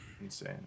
insane